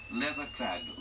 leather-clad